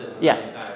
Yes